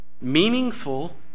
Meaningful